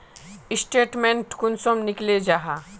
Statement कुंसम निकले जाहा?